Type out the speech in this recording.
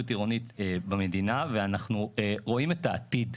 עירונית במדינה ואנחנו רואים את העתיד.